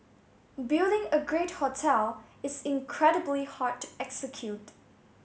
building a great hotel is incredibly hard to execute